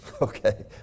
Okay